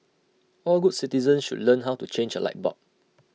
all good citizens should learn how to change A light bulb